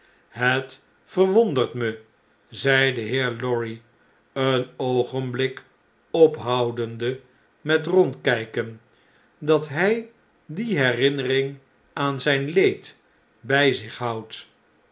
het verwondert me zei de heer lorry een oogenblik ophoudende met rondkpen dat hjj die herinnering aan zijn leed by zich houdt